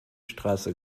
straße